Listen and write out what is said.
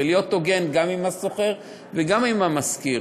ולהיות הוגן גם עם השוכר וגם עם המשכיר.